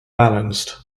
balanced